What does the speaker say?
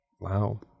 Wow